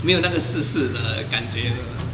没有那个湿湿的感觉了